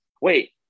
wait